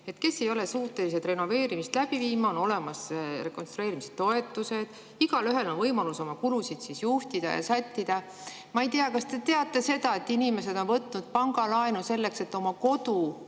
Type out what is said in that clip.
kes ei ole suutelised renoveerimist läbi viima, on olemas rekonstrueerimistoetused; igaühel on võimalus oma kulusid juhtida ja sättida. Ma ei tea, kas te teate seda, et inimesed on võtnud pangalaenu selleks, et oma kodu